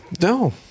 No